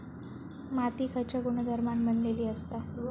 माती खयच्या गुणधर्मान बनलेली असता?